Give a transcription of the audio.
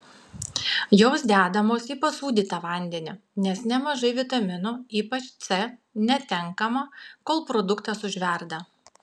jos dedamos į pasūdytą vandenį nes nemažai vitaminų ypač c netenkama kol produktas užverda